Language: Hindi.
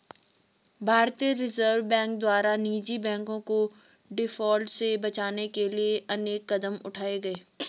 भारतीय रिजर्व बैंक द्वारा निजी बैंकों को डिफॉल्ट से बचाने के लिए अनेक कदम उठाए गए